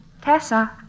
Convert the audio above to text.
Tessa